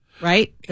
right